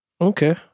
Okay